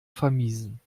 vermiesen